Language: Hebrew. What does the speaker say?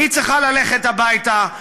היא צריכה ללכת הביתה,